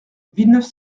villeneuve